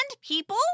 people